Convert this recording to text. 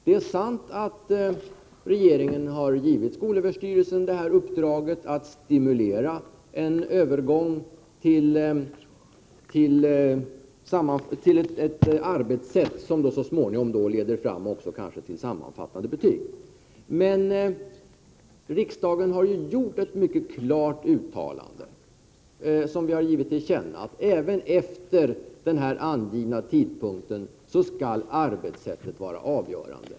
Det är sant att regeringen har gett skolöverstyrelsen uppdraget att stimulera en övergång till ett annat arbetssätt, som kanske så småningom också leder fram till sammanfattande betyg. Men riksdagen har tillkännagett ett mycket klart uttalande, nämligen att arbetssättet även efter den angivna tidpunkten skall vara avgörande.